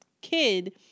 kid